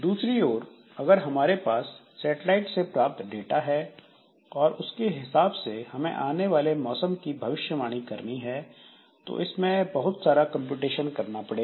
दूसरी ओर अगर हमारे पास सेटेलाइट से प्राप्त डाटा है और उसके हिसाब से हमें आने वाले मौसम की भविष्यवाणी करनी है तो इसमें बहुत सारा कंप्यूटेशन करना पड़ेगा